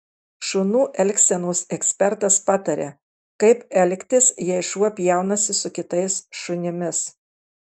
šunų elgsenos ekspertas pataria kaip elgtis jei šuo pjaunasi su kitais šunimis